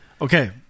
Okay